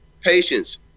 patience